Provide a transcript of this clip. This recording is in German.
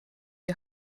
die